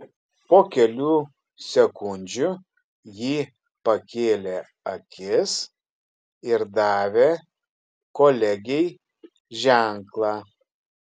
po kelių sekundžių ji pakėlė akis ir davė kolegei ženklą